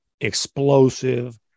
explosive